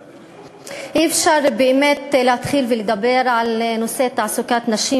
אי-אפשר להתחיל לדבר על נושא תעסוקת נשים